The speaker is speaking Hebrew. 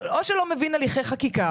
או שלא מבין הליכי חקיקה